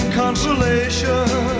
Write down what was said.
consolation